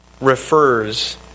refers